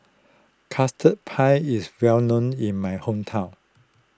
Custard Pie is well known in my hometown